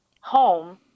home